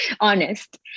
honest